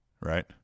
Right